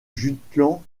jutland